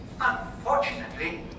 Unfortunately